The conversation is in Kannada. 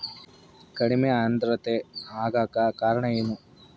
ಕಡಿಮೆ ಆಂದ್ರತೆ ಆಗಕ ಕಾರಣ ಏನು?